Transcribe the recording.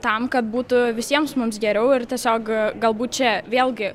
tam kad būtų visiems mums geriau ir tiesiog galbūt čia vėlgi